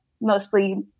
mostly